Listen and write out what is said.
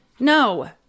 No